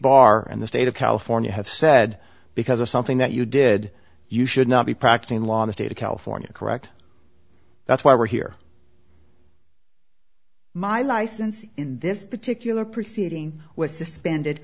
bar and the state of california have said because of something that you did you should not be practicing law in the state of california correct that's why we're here my license in this particular proceeding was suspended